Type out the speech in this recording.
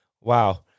Wow